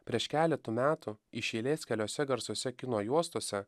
prieš keletu metų iš eilės keliose garsuose kino juostose